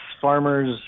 farmers